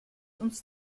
uns